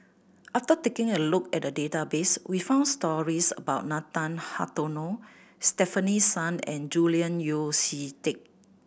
after taking a look at the database we found stories about Nathan Hartono Stefanie Sun and Julian Yeo See Teck